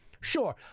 Sure